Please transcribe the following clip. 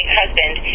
husband